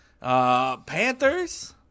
Panthers